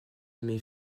met